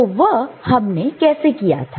तो वह हमने कैसे किया था